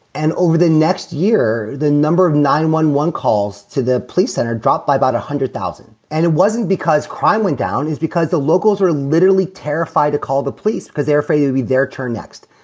and over the next year, the number of nine one one calls to the police center dropped by about one hundred thousand. and it wasn't because crime went down is because the locals are literally terrified to call the police because they're afraid to be their turn next.